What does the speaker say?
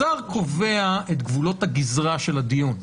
השר קובע את גבולות הגזרה של הדיון,